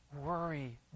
worry